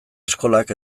eskolak